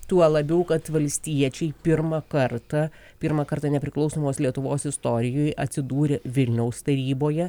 tuo labiau kad valstiečiai pirmą kartą pirmą kartą nepriklausomos lietuvos istorijoje atsidūrė vilniaus taryboje